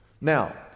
now